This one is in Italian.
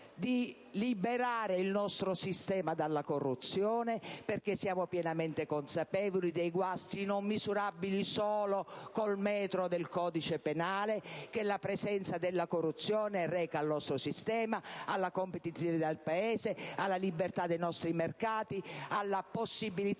di liberare il nostro sistema dalla corruzione. Siamo pienamente consapevoli dei guasti, non misurabili solo con il metro del codice penale, che la presenza della corruzione reca al nostro sistema, alle competitività del Paese, alla libertà dei nostri mercati e alla possibilità